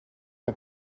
que